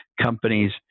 companies